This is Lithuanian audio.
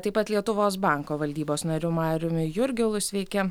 taip pat lietuvos banko valdybos nariu mariumi jurgilu sveiki